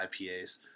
IPAs